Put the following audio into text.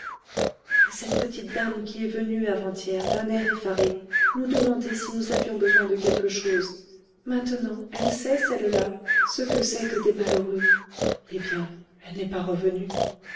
et cette petite dame qui est venue avant-hier d'un air effaré nous demander si nous avions besoin de quelque chose maintenant elle sait celle-là ce que c'est que des malheureux eh bien elle n'est pas revenue